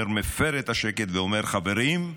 עומר מפר את השקט ואומר: חברים,